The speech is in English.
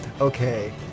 okay